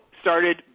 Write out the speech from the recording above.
started